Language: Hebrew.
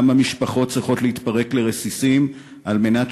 כמה משפחות צריכות להתפרק לרסיסים על מנת